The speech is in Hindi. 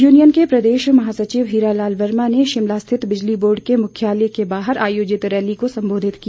यूनियन के प्रदेश महासचिव हीरा लाल वर्मा ने शिमला स्थित बिजली बोर्ड के मुख्यालय के बाहर आयोजित रैली को संबोधित किया